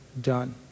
done